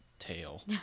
tail